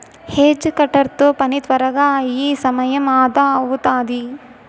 hedge cutter తో పని త్వరగా అయి సమయం అదా అవుతాది